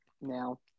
now